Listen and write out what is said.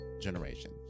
generation